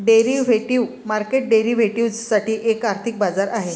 derivative market derivatives साठी एक आर्थिक बाजार आहे